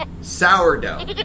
Sourdough